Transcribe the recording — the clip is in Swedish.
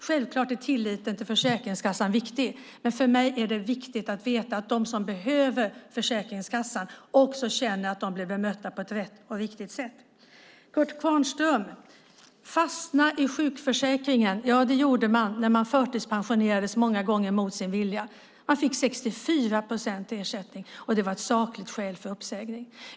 Självklart är tilliten till Försäkringskassan viktig, men för mig är det viktigt att veta att de som behöver Försäkringskassan känner att de blir bemötta på ett riktigt sätt. Fastnade i sjukförsäkringen, Kurt Kvarnström, det gjorde man när man förtidspensionerades, många gånger mot sin vilja. Man fick 64 procent i ersättning. Det var ett sakligt skäl för uppsägning.